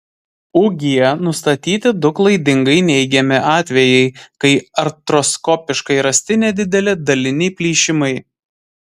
ug nustatyti du klaidingai neigiami atvejai kai artroskopiškai rasti nedideli daliniai plyšimai